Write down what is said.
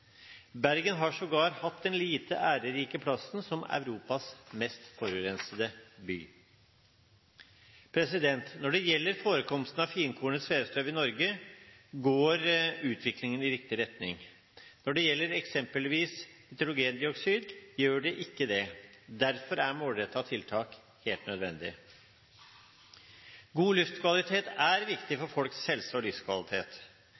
Bergen har sågar hatt den lite ærerike plassen som Europas mest forurensede by. Når det gjelder forekomsten av finkornet svevestøv i Norge, går utviklingen i riktig retning. Når det eksempelvis gjelder nitrogendioksid, gjør det ikke det. Derfor er målrettede tiltak helt nødvendig. God luftkvalitet er viktig for folks helse og livskvalitet.